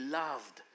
loved